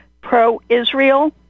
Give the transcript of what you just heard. pro-Israel